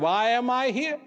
why am i here